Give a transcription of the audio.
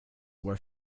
were